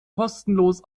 kostenlos